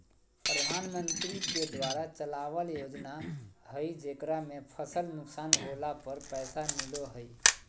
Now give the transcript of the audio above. प्रधानमंत्री के द्वारा चलावल योजना हइ जेकरा में फसल नुकसान होला पर पैसा मिलो हइ